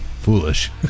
foolish